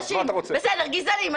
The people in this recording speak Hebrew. בסדר גזענים,